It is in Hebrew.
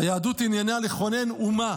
היהדות עניינה לכונן אומה